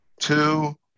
two